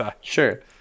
Sure